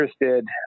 interested